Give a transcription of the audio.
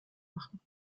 machen